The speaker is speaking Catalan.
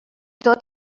tot